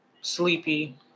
sleepy